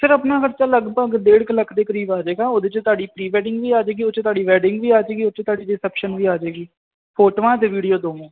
sir ਆਪਣਾ ਖਰਚਾ ਲਗਭਗ ਡੇਢ ਕੁ ਲੱਖ ਦੇ ਕਰੀਬ ਆ ਜਾਏਗਾ ਉਹਦੇ 'ਚ ਤੁਹਾਡੀ ਪ੍ਰੀ ਵੈਡਿੰਗ ਵੀ ਆ ਜਾਏਗੀ ਉਹ 'ਚ ਤੁਹਾਡੀ ਵੈਡਿੰਗ ਵੀ ਆ ਜਾਏਗੀ ਉਹ 'ਚ ਤੁਹਾਡੀ ਰਿਸੈਪਸ਼ਨ ਵੀ ਆ ਜਾਏਗੀ ਫੋਟੋਆਂ ਅਤੇ ਵੀਡੀਓ ਦੋਵੇਂ